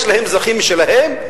יש להם אזרחים משלהם?